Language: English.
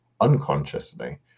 unconsciously